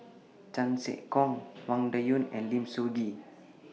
Chan Sek Keong Wang Dayuan and Lim Soo Ngee